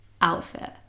outfit